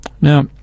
Now